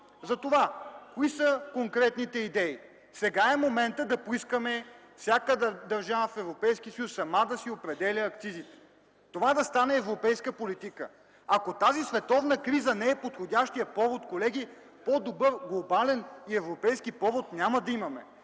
се получи. Кои са конкретните идеи? Сега е моментът да поискаме всяка държава в Европейския съюз сама да си определя акцизите, това да стане европейска политика. Ако тази световна криза не е подходящият повод, колеги, по-добър глобален и европейски повод няма да имаме.